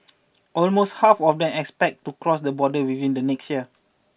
almost half of them expect to cross the borders within the next year